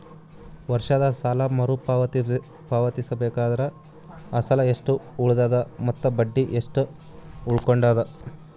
ವರ್ಷದ ಸಾಲಾ ಮರು ಪಾವತಿಸಬೇಕಾದರ ಅಸಲ ಎಷ್ಟ ಉಳದದ ಮತ್ತ ಬಡ್ಡಿ ಎಷ್ಟ ಉಳಕೊಂಡದ?